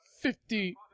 Fifty